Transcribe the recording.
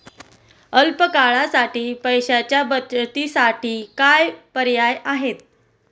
अल्प काळासाठी पैशाच्या बचतीसाठी काय पर्याय आहेत?